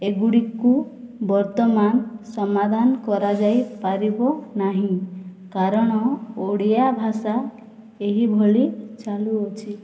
ଏଗୁଡ଼ିକୁ ବର୍ତ୍ତମାନ ସମାଧାନ କରାଯାଇ ପାରିବ ନାହିଁ କାରଣ ଓଡ଼ିଆ ଭାଷା ଏହିଭଳି ଚାଲୁଅଛି